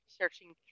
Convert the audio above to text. searching